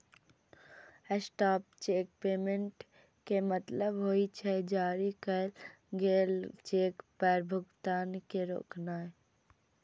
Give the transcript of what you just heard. stop cheque payment के मतलब होइ छै, जारी कैल गेल चेक पर भुगतान के रोकनाय